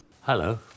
Hello